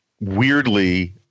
weirdly –